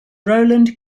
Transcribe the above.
roland